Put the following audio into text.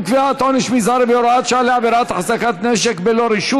קביעת עונש מזערי והוראת שעה לעבירת החזקת נשק בלא רשות